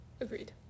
Agreed